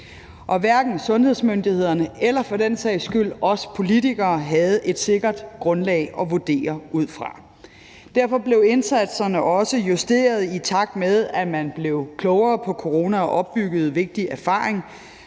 Og hverken sundhedsmyndighederne eller for den sags skyld os politikere havde et sikkert grundlag at vurdere ud fra. Derfor blev indsatserne også justeret; i takt med at man blev klogere på corona og opbyggede vigtig erfaring